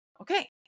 okay